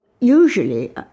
Usually